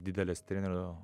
didelis trenerių